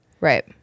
right